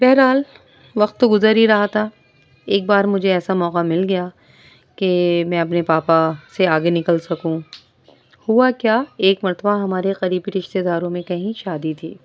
بہرحال وقت تو گزر ہی رہا تھا ایک بار مجھے ایسا موقع مل گیا کہ میں اپنے پاپا سے آگے نکل سکوں ہوا کیا ایک مرتبہ ہمارے قریبی رشتے داروں میں کہیں شادی تھی